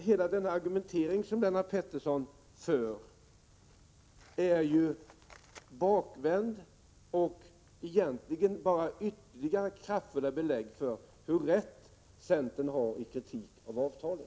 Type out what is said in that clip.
Hela den argumentering som Lennart Pettersson för är bakvänd och ger egentligen bara ytterligare kraftfulla belägg för hur rätt centern har i sin kritik av avtalet.